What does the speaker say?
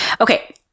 okay